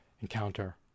encounter